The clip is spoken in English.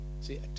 See